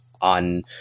on